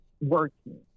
working